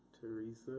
Teresa